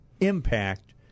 impact